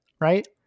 right